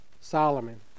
Solomon